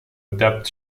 adapt